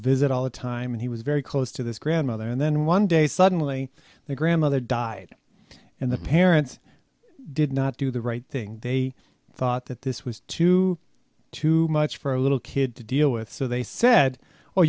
visit all the time and he was very close to this grandmother and then one day suddenly the grandmother died and the parents did not do the right thing they thought that this was too too much for a little kid to deal with so they said